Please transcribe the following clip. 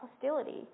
hostility